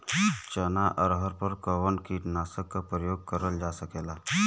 चना अरहर पर कवन कीटनाशक क प्रयोग कर जा सकेला?